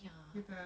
ya